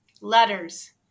letters